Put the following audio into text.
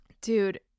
dude